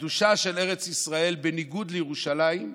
הקדושה של ארץ ישראל, בניגוד לירושלים,